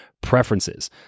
preferences